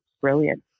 brilliant